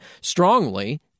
strongly